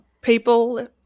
people